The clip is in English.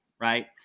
right